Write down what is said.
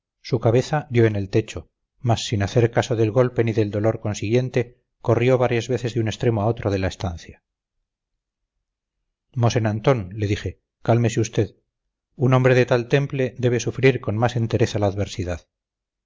su cabeza dio en el techo mas sin hacer caso del golpe ni del dolor consiguiente corrió varias veces de un extremo a otro de la estancia mosén antón le dije cálmese usted un hombre de tal temple debe sufrir con más entereza la adversidad